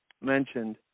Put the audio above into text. mentioned